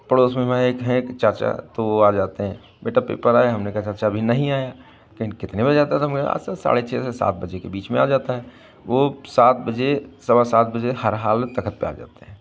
पड़ोस में हमारे एक हैं एक चाचा तो वो आ जाते हैं बेटा पेपर आया हमने कहा चाचा अभी नहीं आया कहें कि कितने बजे आता है तो हम कहे अक्सर साढ़े छह से सात बजे के बीच में आ जाता है वो सात बजे सवा सात बजे हर हालत तख्त पे आ जाते हैं